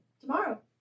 Tomorrow